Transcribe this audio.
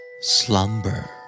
slumber